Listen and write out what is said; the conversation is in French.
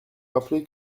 rappeler